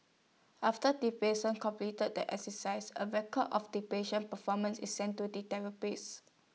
after the patient completes the exercises A record of the patient's performance is sent to the therapist